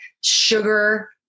sugar